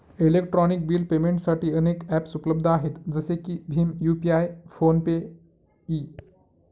electronic bill पेमेंटसाठी अनेक ॲप्सउपलब्ध आहेत जसे की भीम यू.पि.आय फोन पे इ